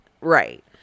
right